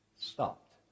stopped